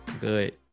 Good